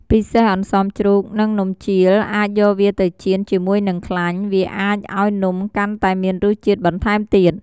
ពិសេសអន្សមជ្រូក និងនំជៀលអាចយកវាទៅចៀនជាមួយនឹងខ្លាញ់ វាអាចឱ្យនំកាន់តែមានរស់ជាតិបន្ថែមទៀត។